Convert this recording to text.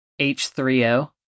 H3O